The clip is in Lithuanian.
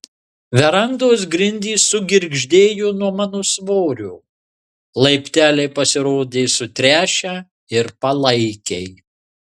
verandos grindys sugirgždėjo nuo mano svorio laipteliai pasirodė sutręšę ir palaikiai